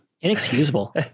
Inexcusable